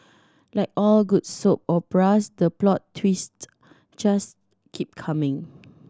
like all good soap operas the plot twist just keep coming